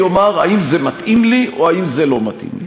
ויאמר: האם זה מתאים לי או האם זה לא מתאים לי?